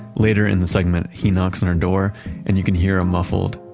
later in the segment, he knocks on her door and you can hear a muffled,